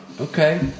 Okay